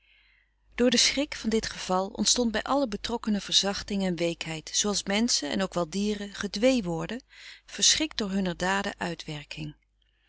door den schrik van dit geval ontstond bij alle betrokkenen verzachting en weekheid zooals menschen en ook wel dieren gedwee worden verschrikt door hunner daden uitwerking